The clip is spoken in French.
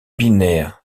binaire